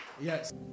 yes